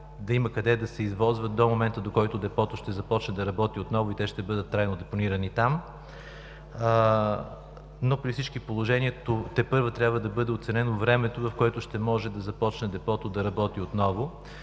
да има къде да се извозват до момента, до който депото ще започне да работи отново, и те ще бъдат трайно депонирани там, но при всички положения тепърва трябва да бъде оценено времето, в което ще може да започне депото да работи отново.